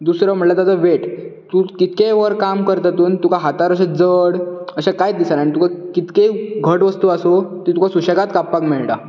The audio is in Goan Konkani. दुसरो म्हटल्यार तेजो वेट तूं कितकेंय वर काम कर तेतुन तुका हातार अशें जड अशें कांयच दिसना आनी तुका कितकेंय घट वस्तू आसूं ती तुका सुशेगाद कापपाक मेळटा